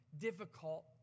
difficult